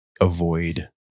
avoid